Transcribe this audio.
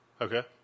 Okay